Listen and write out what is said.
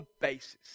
basis